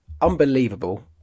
Unbelievable